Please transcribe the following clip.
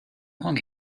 long